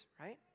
Right